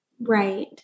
Right